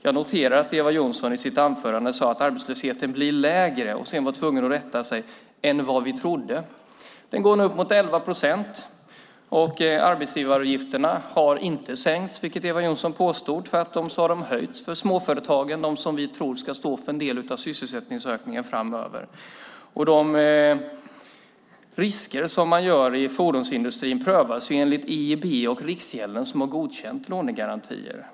Jag noterar att Eva Johnsson i sitt anförande sade att arbetslösheten blir lägre och sedan var tvungen att rätta sig genom att tillägga "än vad vi trodde". Arbetslösheten går nu upp mot 11 procent. Arbetsgivaravgifterna har inte sänkts, vilket Eva Johnsson påstod. Tvärtom har de höjts för småföretagen, för dem som vi tror ska stå för en del av sysselsättningsökningen framöver. De risker man tar i fordonsindustrin prövas enligt EIB och Riksgälden, och de har godkänt lånegarantier.